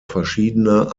verschiedener